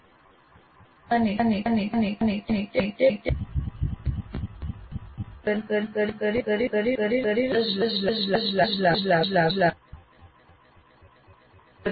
અભ્યાસક્રમની રચના કરવાની તે ખોટી રીત છે જ્યાં આપ જે જ્ઞાન પ્રદાન કરી રહ્યાં છો તે તરત જ લાગુ થતું નથી